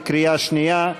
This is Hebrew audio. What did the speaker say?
בקריאה שנייה.